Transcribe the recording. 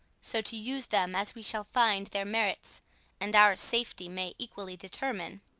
so to use them as we shall find their merits and our safety may equally determine.